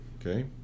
Okay